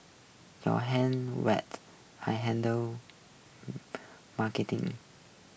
your hand wed I handle marketing